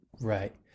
Right